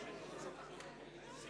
על ההסתייגות של חבר הכנסת יעקב אדרי: